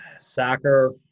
Soccer